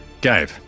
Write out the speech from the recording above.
Gabe